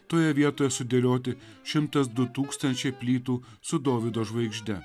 toje vietoje sudėlioti šimta du tūkstančiai plytų su dovydo žvaigžde